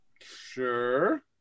Sure